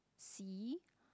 C